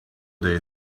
they